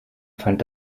fand